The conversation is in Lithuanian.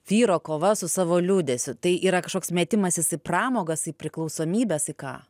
vyro kova su savo liūdesiu tai yra kažkoks metimasis į pramogas į priklausomybes į ką